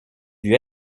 vue